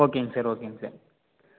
ஓகேங்க சார் ஓகேங்க சார்